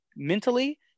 Mentally